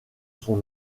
son